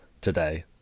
today